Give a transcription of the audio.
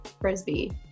frisbee